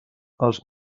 els